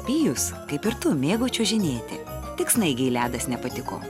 pijus kaip ir tu mėgo čiuožinėti tik snaigei ledas nepatiko